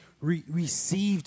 received